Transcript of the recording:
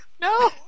No